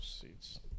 seats